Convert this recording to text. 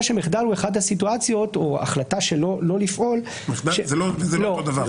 שמחדל הוא אחת הסיטואציות או החלטה שלו לא לפעול --- זה לא אותו דבר.